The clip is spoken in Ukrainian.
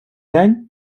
день